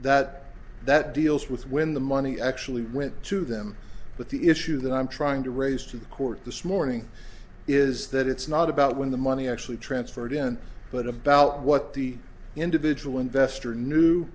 that that deals with when the money actually went to them but the issue that i'm trying to raise to the court this morning is that it's not about when the money actually transferred in but about what the individual investor knew